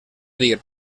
dir